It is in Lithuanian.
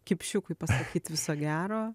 kipšiukui pasakyt viso gero